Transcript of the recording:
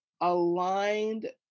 aligned